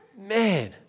man